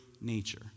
nature